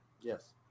Yes